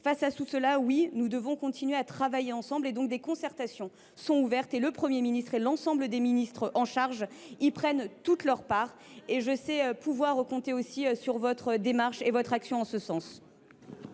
Face à tout cela, oui, nous devons continuer de travailler ensemble. Des concertations sont ouvertes, et le Premier ministre et tous les ministres concernés y prennent toute leur part. Je sais pouvoir également compter sur votre démarche et votre action en ce sens.